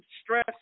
stress